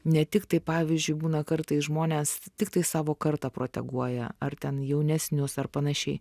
ne tiktai pavyzdžiui būna kartais žmonės tiktai savo kartą proteguoja ar ten jaunesnius ar panašiai